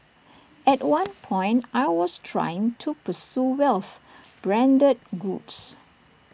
at one point I was trying to pursue wealth branded goods